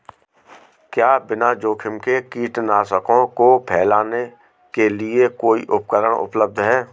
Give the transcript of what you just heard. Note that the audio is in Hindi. क्या बिना जोखिम के कीटनाशकों को फैलाने के लिए कोई उपकरण उपलब्ध है?